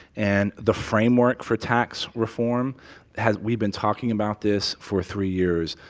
and the framework for tax reform has we've been talking about this for three years.